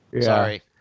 Sorry